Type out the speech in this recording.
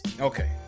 Okay